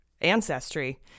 ancestry